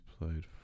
played